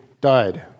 died